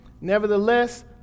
Nevertheless